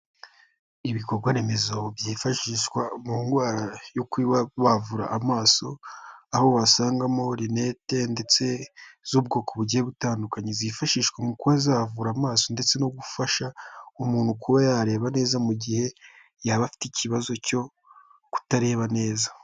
Ibikorwa remezo byifashishwa mu ndwara yo kuvura amaso, aho wasangamo rinete ndetse z'ubwoko bugiye butandukanye zifashishwa mu kubazavura amaso ndetse no gufasha umuntu kuba yareba neza mu gihe yaba afite ikibazo cyo kutareba neza.